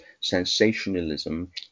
sensationalism